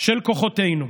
של כוחותינו.